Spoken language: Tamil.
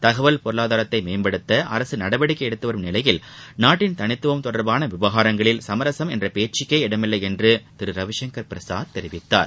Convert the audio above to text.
தகவல் பொருளாதாரத்தை மேம்படுத்த அரசு நடவடிக்கை எடுத்துவரும் நிலையில் நாட்டின் தனித்துவம் தொடர்பான விவகாரங்களில் சமரசம் என்ற பேச்சுக்கே இடமில்லை என்று திரு ரவிசங்கர் பிரசாத் தெரிவித்தார்